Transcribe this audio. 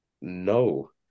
no